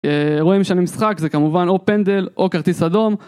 רואים שאני משחק זה כמובן או פנדל או כרטיס אדום